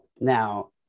Now